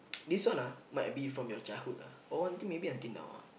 this one ah might be from your childhood ah or I think until now ah